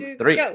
three